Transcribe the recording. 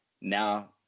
Now